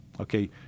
Okay